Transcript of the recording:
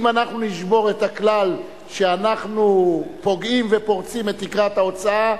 אם אנחנו נשבור את הכלל שאנחנו פוגעים ופורצים את תקרת ההוצאה,